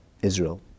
Israel